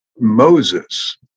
Moses